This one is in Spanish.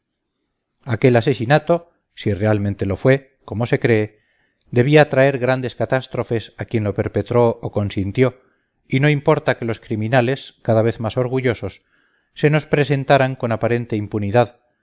aquel asesinato si realmente lo fue como se cree debía traer grandes catástrofes a quien lo perpetró o consintió y no importa que los criminales cada vez más orgullosos se nos presentaran con aparente impunidad